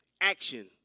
Action